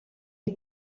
est